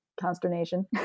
consternation